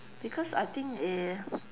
because I think eh